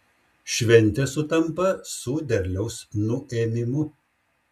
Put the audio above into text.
šventė sutampa su derliaus nuėmimu